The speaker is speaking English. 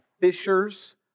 fishers